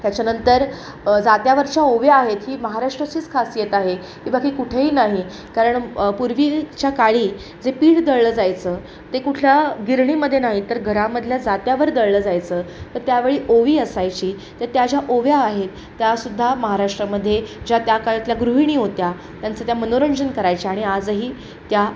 त्याच्यानंतर जात्यावरच्या ओव्या आहेत ही महाराष्ट्राचीच खासीयत आहे किंवा ती कुठेही नाही कारण पूर्वीच्या काळी जे पीठ दळलं जायचं ते कुठल्या गिरणीमध्ये नाही तर घरामधल्या जात्यावर दळलं जायचं तर त्यावेळी ओवी असायची तर त्या ज्या ओव्या आहेत त्यासुद्धा महाराष्ट्रामध्ये ज्या त्या काळातल्या गृहिणी होत्या त्यांचं त्या मनोरंजन करायच्या आणि आजही त्या